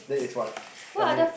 that is what tell me eh